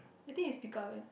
I think you speak up eh